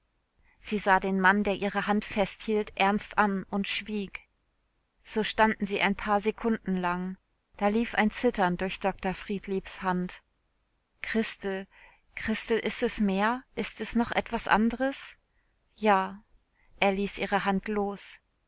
sie sah den mann der ihre hand festhielt ernst an und schwieg so standen sie ein paar sekunden lang da lief ein zittern durch dr friedliebs hand christel christel ist es mehr ist es noch etwas anderes ja er ließ ihre hand los